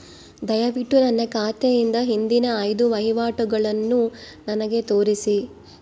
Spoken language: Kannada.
ದಯವಿಟ್ಟು ನನ್ನ ಖಾತೆಯಿಂದ ಹಿಂದಿನ ಐದು ವಹಿವಾಟುಗಳನ್ನು ನನಗೆ ತೋರಿಸಿ